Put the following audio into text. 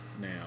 now